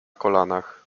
kolanach